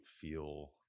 feel